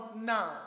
now